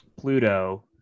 Pluto